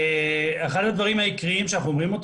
אחד הדברים העיקריים שאנחנו אומרים אותו